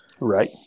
Right